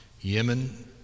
Yemen